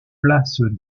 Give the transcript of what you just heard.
place